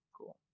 cool